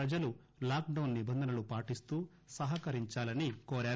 ప్రజలు lockdown నిబంధనలు పాటిస్తూ సహకరించాలని కోరారు